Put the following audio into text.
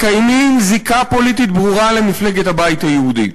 מקיימים זיקה פוליטית ברורה למפלגת הבית היהודי.